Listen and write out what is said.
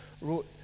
wrote